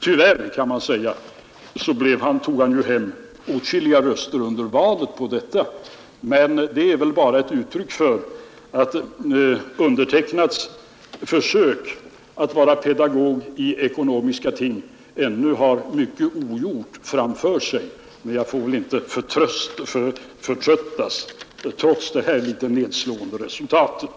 Tyvärr, kan man säga, tog han hem åtskilliga röster i valet på detta. Men det är väl bara ett uttryck för att jag i mina försök att vara pedagog i ekonomiska ting ännu har mycket ogjort framför mig; jag får väl inte förtröttas, trots det här litet nedslående resultatet.